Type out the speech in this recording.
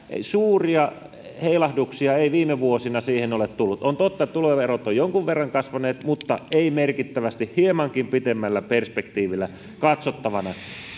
suuria heilahduksia ei viime vuosina siihen ole tullut on totta että tuloerot ovat jonkun verran kasvaneet mutta eivät merkittävästi hiemankin pitemmällä perspektiivillä katsottuna